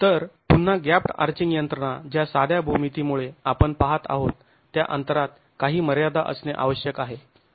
तर पुन्हा gapped arching यंत्रणा ज्या साध्या भूमितीमुळे आपण पाहात आहोत त्या अंतरात काही मर्यादा असणे आवश्यक आहे